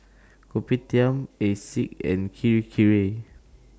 Kopitiam Asics and Kirei Kirei